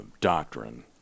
doctrine